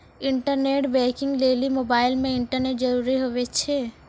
internet banking लेली mobile मे internet जरूरी हुवै छै